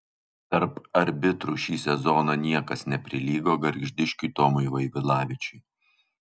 tarp arbitrų šį sezoną niekas neprilygo gargždiškiui tomui vaivilavičiui